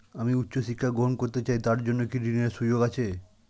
আমি উচ্চ শিক্ষা গ্রহণ করতে চাই তার জন্য কি ঋনের সুযোগ আছে?